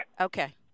Okay